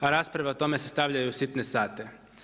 Rasprave o tome se stavljaju u sitne sate.